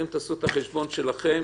תעשו את החשבון שלכם,